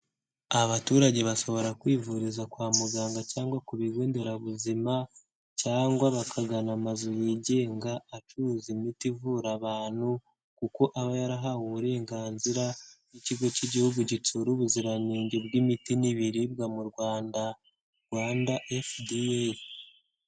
Abaturage bashobora kwivuriza kwa muganga cyangwa ku Bigo Nderabuzima, cyangwa bakagana amazu yigenga acuruza imiti ivura abantu, kuko aba yarahawe uburenganzira bw'Ikigo cy'Igihugu gitsura Ubuziranenge bw'Imiti n'Ibiribwa mu Rwanda, Rwanda FDA.